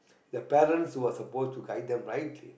their parents who are suppose to guide them right